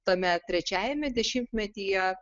tame trečiajame dešimtmetyje